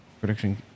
production